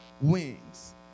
wings